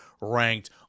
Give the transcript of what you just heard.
ranked